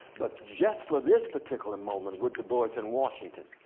but just for this particular moment, with du bois and washington.